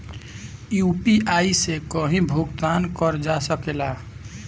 UPI से कहीं भी भुगतान कर जा सकेला?